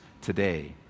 today